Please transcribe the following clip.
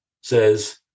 says